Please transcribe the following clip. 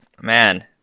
Man